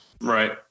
right